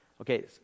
Okay